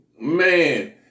Man